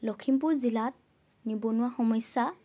লখিমপুৰ জিলাত নিবনুৱা সমস্যা